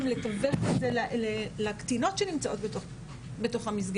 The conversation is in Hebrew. לתווך את זה לקטינות שנמצאות בתוך המסגרת.